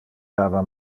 dava